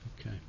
Okay